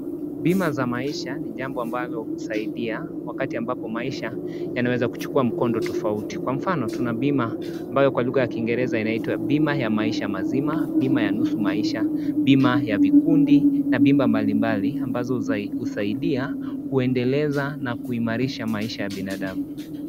Bima za maisha ni jambo ambalo usaidia wakati ambako maisha yanaweza kuchukua mkondo tufauti. Kwa mfano, tuna bima ambayo kwa lugha ya kingereza inaitwa bima ya maisha mazima, bima ya nusu maisha, bima ya vikundi, na bima mbali mbali ambazo husaidia kuendeleza na kuimarisha maisha ya binadamu.